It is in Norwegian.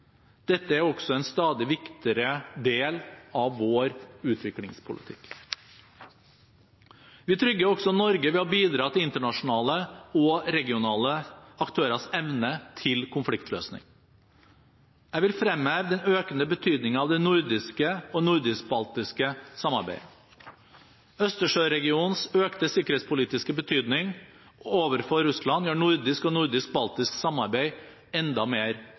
Dette er også en stadig viktigere del av vår utviklingspolitikk. Vi trygger også Norge ved å bidra til internasjonale og regionale aktørers evne til konfliktløsning. Jeg vil fremheve den økende betydningen av det nordiske og nordisk-baltiske samarbeidet. Østersjø-regionens økte sikkerhetspolitiske betydning overfor Russland gjør nordisk og nordisk-baltisk samarbeid enda mer